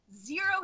Zero